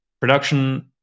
production